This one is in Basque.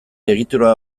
egitura